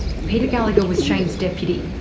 peter gallagher was shane's deputy.